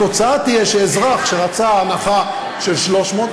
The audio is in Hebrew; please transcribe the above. התוצאה תהיה שאזרח שרצה הנחה של 300,